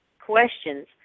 questions